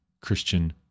Christian